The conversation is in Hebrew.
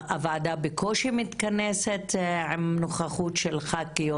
הוועדה בקושי מתכנסת עם נוכחות של ח"כיות,